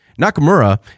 Nakamura